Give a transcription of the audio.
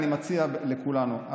אני מציע לכולנו,